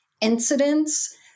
incidents